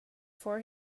for